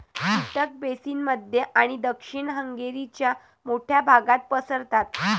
कीटक बेसिन मध्य आणि दक्षिण हंगेरीच्या मोठ्या भागात पसरतात